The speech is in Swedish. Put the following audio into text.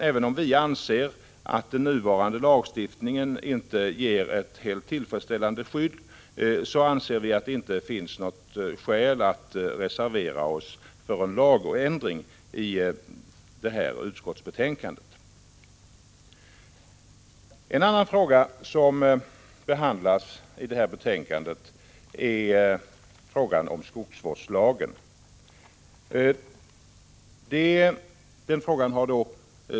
Även om vi anser att den nuvarande lagstiftningen inte ger ett helt tillfredsställande skydd, har vi inte sett det motiverat med ett förslag om lagändring i betänkandet. En annan fråga som tagits upp i ett särskilt yttrande är frågan om skogsvårdslagen.